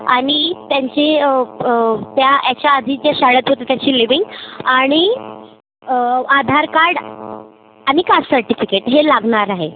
आणि त्यांचे त्या याच्या आधीच्या शाळेत होते त्याचे लीव्हिंग आणि आधार कार्ड आणि कास्ट सर्टिफिकेट हे लागणार आहे